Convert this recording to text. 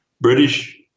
British